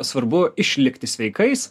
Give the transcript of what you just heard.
svarbu išlikti sveikais